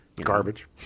Garbage